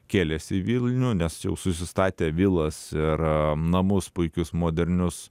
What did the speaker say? kėlėsi į vilnių nes jau susistatę vilas ir namus puikius modernius